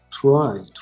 Try